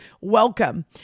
welcome